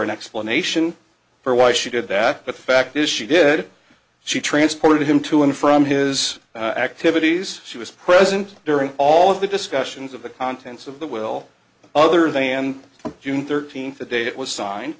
an explanation for why she did that but the fact is she did she transported him to and from his activities she was present during all of the discussions of the contents of the will other than june thirteenth the date it was signe